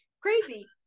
crazy